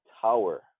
tower